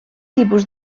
tipus